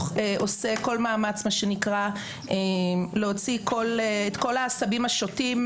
עושה כל מאמץ להוציא את כל העשבים השוטים